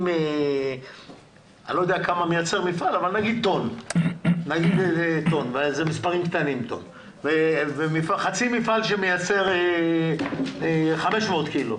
אני לא יודע כמה מייצר מפעל אבל נגיד טון ויש חצי מפעל שמייצר 500 קילו.